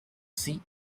sea